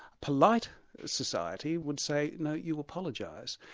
polite society would say no, you apologise'.